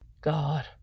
God